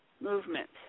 movement